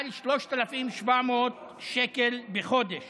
על 3,700 שקל בחודש